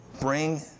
bring